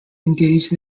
engaged